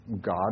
God